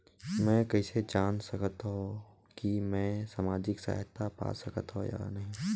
मै कइसे जान सकथव कि मैं समाजिक सहायता पा सकथव या नहीं?